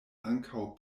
ankaŭ